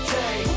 day